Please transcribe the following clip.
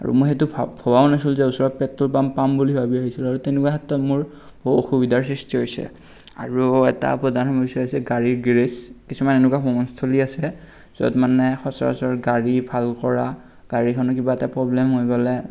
আৰু মই সেইটো ভ ভবাও নাছিলোঁ যে ওচৰত পেট্ৰ'ল পাম্প পাম বুলি ভাবি আহিছিলোঁ আৰু তেনেকুৱা ক্ষেত্ৰত মোৰ বহু অসুবিধাৰ সৃষ্টি হৈছে আৰু এটা প্ৰধান সমস্যা হৈছে গাড়ীৰ গেৰেজ কিছুমান এনেকুৱা ভ্ৰমণস্থলী আছে য'ত মানে সচৰাচৰ গাড়ী ভাল কৰা গাড়ীখনৰ কিবা এটা প্ৰব্লেম হৈ গ'লে